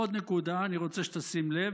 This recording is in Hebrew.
עוד נקודה: אני רוצה שתשים לב